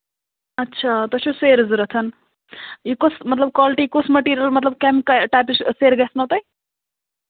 اَچھا تُہۍ چھِو سیرِ ضوٚرتھ یہِ کۄس مطلب کولٹی کُس مٹیٖریَل مطلب کَمہِ ٹایپٕچ سیرِ گژھنو تۄہہِ